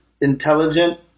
intelligent